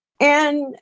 And-